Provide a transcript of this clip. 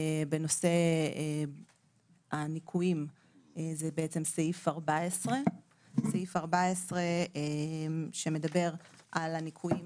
בנושא הניכויים סעיף 14. סעיף 14 מדבר על הניכויים